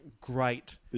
great